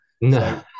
no